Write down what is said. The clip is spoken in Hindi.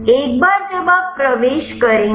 एक बार जब आप प्रवेश करेंगे